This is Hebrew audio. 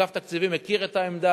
אגף התקציבים מכיר את העמדה,